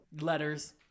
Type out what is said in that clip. letters